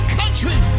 country